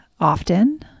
often